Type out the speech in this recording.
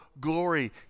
glory